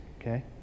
okay